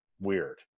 weird